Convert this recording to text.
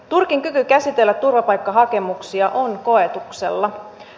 turkin kyky käsitellä turvapaikkahakemuksia on koetuksella